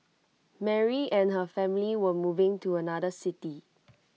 Mary and her family were moving to another city